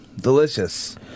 delicious